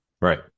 Right